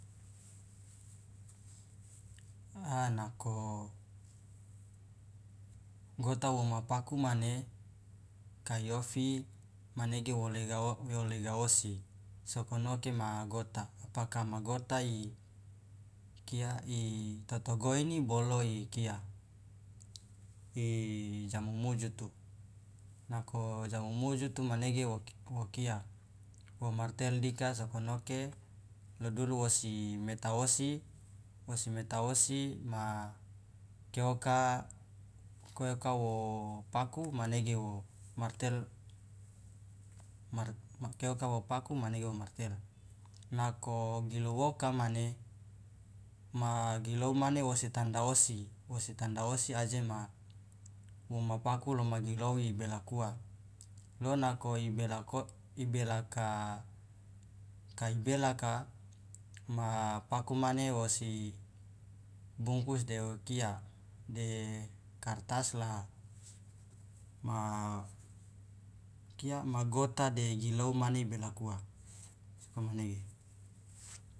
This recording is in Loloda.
A nako woma paku mane kai ofi manege wo lega o wolega osi sokonoke magota apaka magota i kia i totogoini bolo ikia i ja mumujutu nako ja mumujutu manege okia womartel dika sokonoke lo duru wosi meta osi wosi meta osi ma keoka keoka wo paku manege wo martel keoka wa paku manege wa martel nako gilou oka mane ma gilou mane wosi tanda osi wosi tanda osi aje ma woma paku lo ma gilou ibeluka lo nako ibela ibelaka kai belaka ma paku mane wosi bungkus deo kia de kartas la ma kia ma gota de gilou mane ibelakuwa sokomanege.